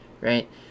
right